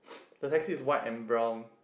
the taxi is white and brown